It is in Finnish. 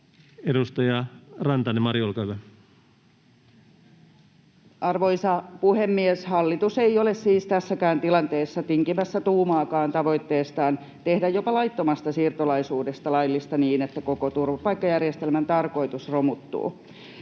Edustaja Rantanen, Mari, olkaa hyvä. Arvoisa puhemies! Hallitus ei ole siis tässäkään tilanteessa tinkimässä tuumaakaan tavoitteestaan tehdä jopa laittomasta siirtolaisuudesta laillista niin, että koko turvapaikkajärjestelmän tarkoitus romuttuu.